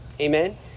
amen